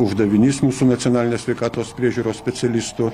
uždavinys mūsų nacionalinio sveikatos priežiūros specialistų